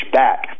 back